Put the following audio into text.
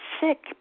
sick